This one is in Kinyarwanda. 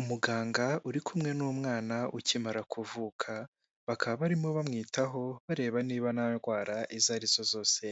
Umuganga uri kumwe n'umwana ukimara kuvuka , bakaba barimo bamwitaho bareba niba nta ndwara izo arizo zose